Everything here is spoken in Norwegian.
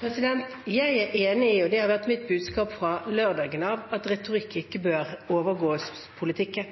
Jeg er enig i – og det har vært mitt budskap fra lørdagen av – at retorikk ikke bør overgå politikk,